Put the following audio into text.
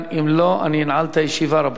אם לא, אני אנעל את הישיבה, רבותי.